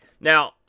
Now